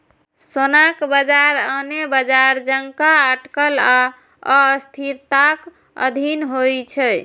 सोनाक बाजार आने बाजार जकां अटकल आ अस्थिरताक अधीन होइ छै